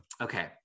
Okay